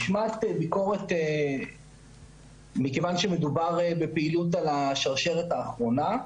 נשמעת ביקורת מכיוון שמדובר בפעילות על השרשרת האחרונה,